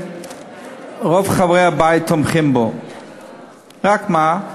ושתיהן תידונה בוועדת החוקה,